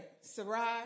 Sarai